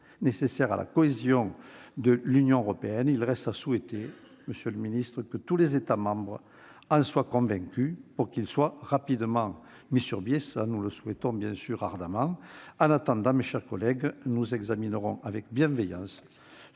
nécessaire à la cohésion de l'Union européenne. Il reste à souhaiter que tous les États membres en soient convaincus pour que ce plan soit rapidement mis sur pied ; nous le souhaitons ardemment. En attendant, mes chers collègues, nous examinerons avec bienveillance